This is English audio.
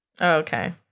Okay